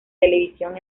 televisión